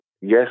yes